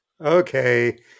Okay